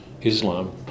Islam